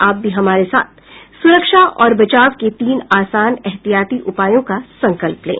आप भी हमारे साथ सुरक्षा और बचाव के तीन आसान एहतियाती उपायों का संकल्प लें